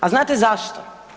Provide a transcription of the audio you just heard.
A znate zašto?